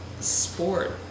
sport